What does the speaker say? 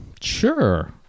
Sure